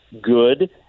good –